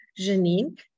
Janine